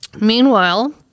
meanwhile